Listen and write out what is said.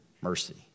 mercy